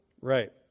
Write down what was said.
Right